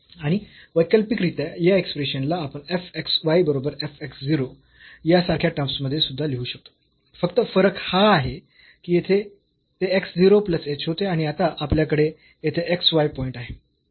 आणि वैकल्पिकरित्या या एक्सप्रेशनला आपण f x y बरोबर f x 0 यासारख्या टर्म्स मध्ये सुद्धा लिहू शकतो फक्त फरक हा आहे की येथे ते x 0 प्लस h होते आणि आता आपल्याकडे येथे x y पॉईंट आहे